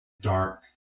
Dark